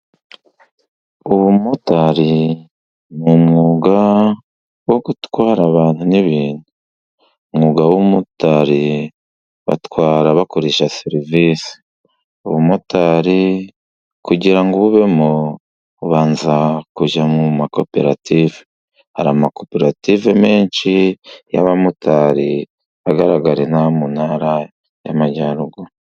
Ubumotari n'umwuga wo gutwara abantu n'ibintu. Umwuga w'abamotari batwara bakoresha serivisi ubumotari kugirango babe mu kubanza kujya mu makoperative, hari amakoperative menshi y'abamotari agaragara mu Ntara y'Amajyaruguru.